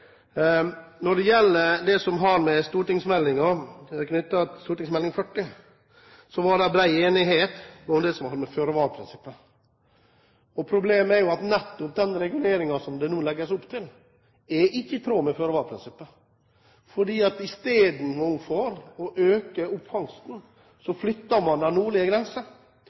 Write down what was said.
Når det gjelder St.meld. nr. 40, var det bred enighet om det som hadde med føre-var-prinsippet å gjøre. Problemet er at den reguleringen som det nå legges opp til, ikke er i tråd med føre-var-prinsippet. For i stedet for å øke fangsten flytter man den nordlige